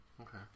Okay